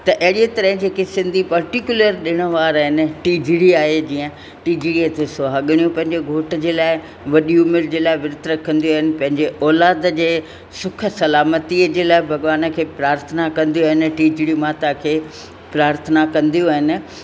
त अहिड़ीअ तरह जेके सिंधी पर्टीक्यूलर ॾिन वार आहिनि टीजड़ी आहे जीअं टीजड़ी ते सुहाॻिणियूं पंहिंजे घोट जे लाइ वॾी उमिरि जे लाइ वृत रखंदियूं आहिनि पंहिंजे औलाद जे सुख सलामतीअ जे लाइ भॻिवान खे प्रार्थना कंदियूं आहिनि टीजड़ी माता खे प्रार्थना कंदियूं आहिनि